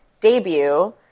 debut